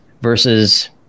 versus